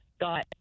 got